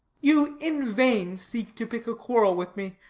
you in vain seek to pick a quarrel with me,